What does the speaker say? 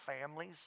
families